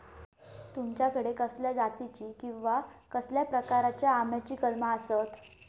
तुमच्याकडे कसल्या जातीची किवा कसल्या प्रकाराची आम्याची कलमा आसत?